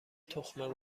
تخم